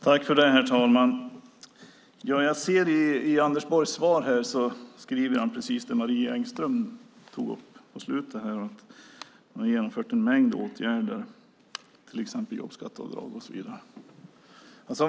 Herr talman! Anders Borg skriver i sitt svar precis det som Marie Engström tog upp på slutet, att man har genomfört en mängd åtgärder, till exempel jobbskatteavdraget.